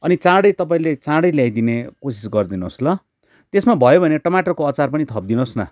अनि चाँडै तपाईँले चाँडै ल्याइदिने कोसिस गरिदिनुहोस् ल त्यसमा भयो भने टमाटरको अचार पनि थपिदिनुहोस् न